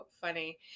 funny